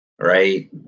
right